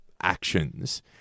actions